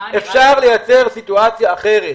אפשר לייצר סיטואציה אחרת,